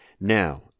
Now